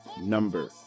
number